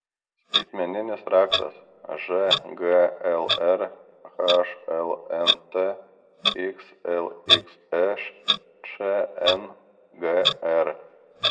skaitmeninis raktas žglr hlnt xlxš čngr